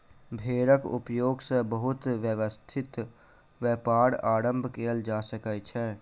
भेड़क उपयोग सॅ बहुत व्यवस्थित व्यापार आरम्भ कयल जा सकै छै